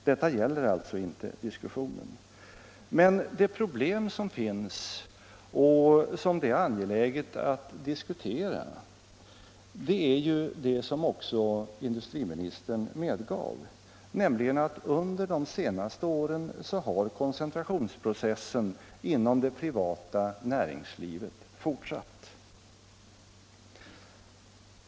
Diskussionen gäller alltså inte detta. Men det problem som finns och som det är angeläget att diskutera är ju — som också industriministern medgav — att under de senaste åren har koncentrationsprocessen inom det privata näringslivet fortsatt.